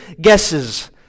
guesses